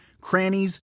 crannies